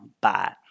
Bye